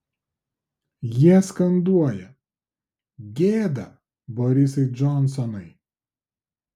jie skanduoja gėda borisai džonsonai